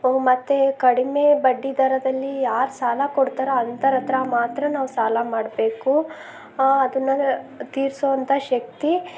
ಮತ್ತು ಕಡಿಮೆ ಬಡ್ಡಿ ದರದಲ್ಲಿ ಯಾರು ಸಾಲ ಕೊಡ್ತಾರೋ ಅಂತವ್ರತ್ರ ಮಾತ್ರ ನಾವು ಸಾಲ ಮಾಡಬೇಕು ಅದನ್ನ ತೀರಿಸುವಂಥ ಶಕ್ತಿ